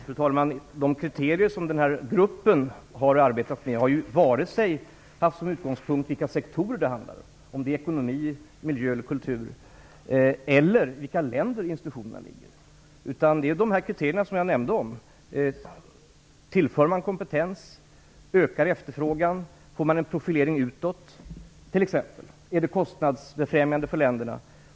Fru talman! De kriterier som gruppen har arbetat med har inte haft som utgångspunkt vare sig vilka sektorer det handlar om - om det gäller ekonomi, miljö eller kultur - eller i vilka länder institutionerna ligger. Man har tillämpat de kriterier som jag nämnde, t.ex.: Tillför de kompetens, ökar de efterfrågan, ger de en profilering utåt, är de kostnadsbefrämjande för länderna?